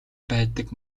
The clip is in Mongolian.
байдаг